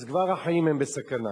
כבר החיים הם בסכנה.